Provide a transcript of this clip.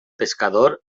pescador